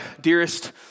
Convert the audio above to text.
dearest